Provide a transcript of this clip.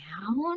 down